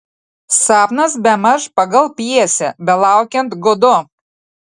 sapnas bemaž pagal pjesę belaukiant godo